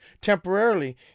temporarily